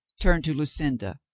turned to lucinda.